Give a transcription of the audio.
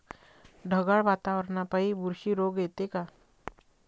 ढगाळ वातावरनापाई बुरशी रोग येते का?